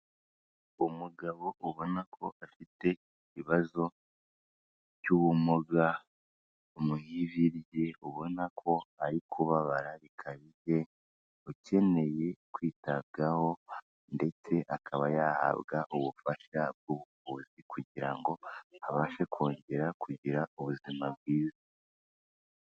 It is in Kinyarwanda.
Umugabo ubona ko afite ikibazo cy'ubumuga mu ivi rye, ubona ko ari kubabara bikabije, ukeneye kwitabwaho ndetse akaba yahabwa ubufasha bw'ubuvuzi kugira ngo abashe kongera kugira ubuzima bwiza.